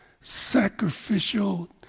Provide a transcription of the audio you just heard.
sacrificial